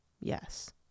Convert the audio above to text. yes